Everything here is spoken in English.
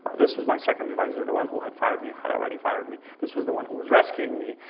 this was my second advisor. the one who had fired me had already fired me. this was the one who was rescuing me.